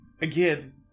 Again